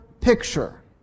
picture